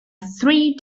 three